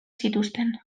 zituzten